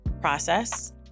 process